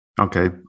okay